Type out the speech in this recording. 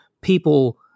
people